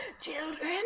Children